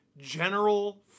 General